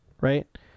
right